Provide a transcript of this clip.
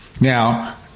Now